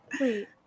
Wait